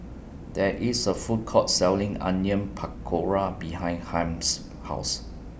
There IS A Food Court Selling Onion Pakora behind Harm's House